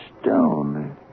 stone